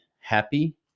happy